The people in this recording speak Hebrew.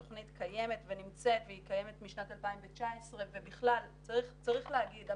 התכנית קיימת ונמצאת והיא קיימת משנת 2019. ובכלל צריך להגיד,